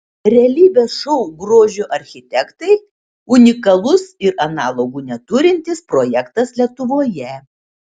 realybės šou grožio architektai unikalus ir analogų neturintis projektas lietuvoje